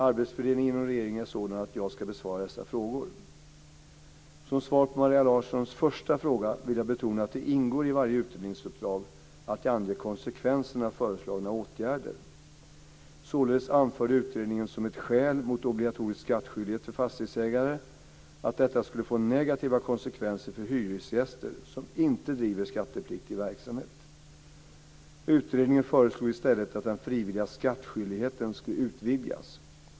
Arbetsfördelningen inom regeringen är sådan att jag ska besvara dessa frågor. Som svar på Maria Larssons första fråga vill jag betona att det ingår i varje utredningsuppdrag att ange konsekvenserna av föreslagna åtgärder. Således anförde utredningen som ett skäl mot obligatorisk skattskyldighet för fastighetsägare att detta skulle få negativa konsekvenser för hyresgäster som inte bedriver skattepliktig verksamhet. Utredningen föreslog i stället att den frivilliga skattskyldigheten skulle utvidgas.